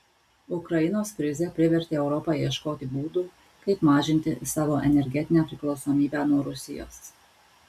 ukrainos krizė privertė europą ieškoti būdų kaip mažinti savo energetinę priklausomybę nuo rusijos